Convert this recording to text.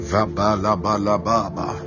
Vabalabalababa